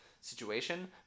situation